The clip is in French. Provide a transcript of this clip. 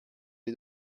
les